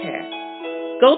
Go